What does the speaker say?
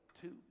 Two